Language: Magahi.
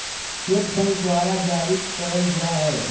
चेक बैंक द्वारा जारी करल जाय हय